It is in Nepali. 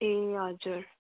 ए हजुर